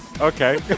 Okay